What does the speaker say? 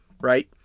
right